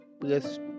plus